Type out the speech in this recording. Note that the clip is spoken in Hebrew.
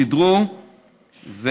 סידרו,